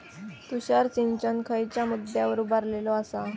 तुषार सिंचन खयच्या मुद्द्यांवर उभारलेलो आसा?